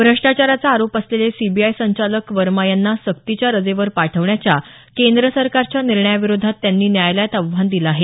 भ्रष्टाचाराचा आरोप असलेले सीबीआय संचालक वर्मा यांना सक्तीच्या रजेवर पाठवण्याच्या केंद्र सरकारच्या निर्णयाविरोधात त्यांनी न्यायालयात आव्हान दिलं आहे